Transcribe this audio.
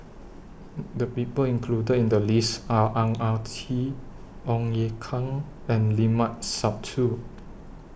The People included in The list Are Ang Ah Tee Ong Ye Kung and Limat Sabtu